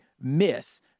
miss